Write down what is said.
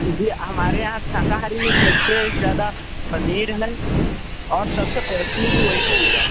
जी हमारे यहाँ शाकाहारी में सब से ज़्यादा पनीर है और सब से कॉस्टली भी वही पड़ेगा